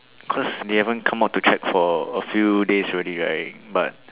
cause they haven't come out to check for a few days already right but